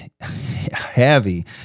heavy